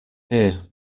here